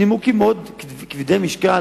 נימוקים מאוד כבדי משקל,